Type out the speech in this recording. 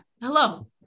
Hello